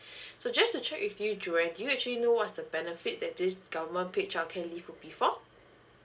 so just to check with you joan do you actually know what's the benefit that this government paid childcare leave will be fall